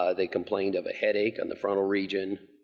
ah they complained of a headache in the frontal region,